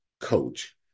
coach